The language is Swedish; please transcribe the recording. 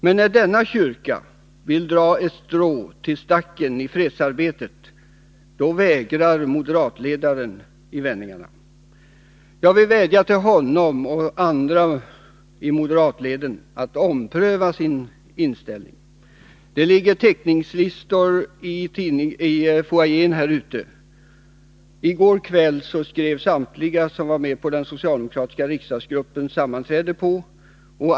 Men när denna kyrka vill dra ett strå till stacken i fredsarbetet vägrar moderatledaren i vändningarna. Jag vill vädja till honom och andra i moderatleden att ompröva sin inställning. Det ligger teckningslistor i foajén här ute. I går kväll skrev samtliga på som var med på den socialdemokratiska riksdagsgruppens sammanträde.